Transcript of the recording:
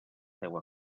seua